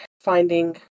finding